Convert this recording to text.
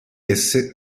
esse